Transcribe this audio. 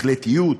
החלטיות,